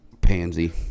pansy